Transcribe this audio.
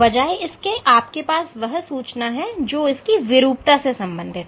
बजाय इसके आपके पास वह सूचना है जो उसकी विरूपता से संबंधित है